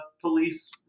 police